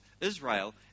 Israel